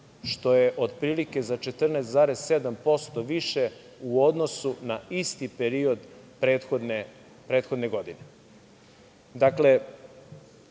što je od prilike za 14,7% više u odnosu na isti period prethodne godine.